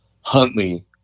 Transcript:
Huntley